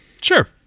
sure